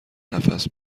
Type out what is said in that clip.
نفس